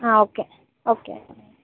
okay okay